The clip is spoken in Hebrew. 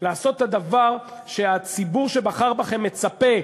לעשות את הדבר שהציבור שבחר בכם מצפה,